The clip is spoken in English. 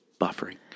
buffering